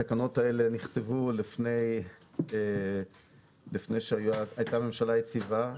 התקנות האלה נכתבו לפני שהייתה ממשלה יציבה.